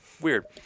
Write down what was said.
Weird